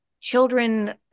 children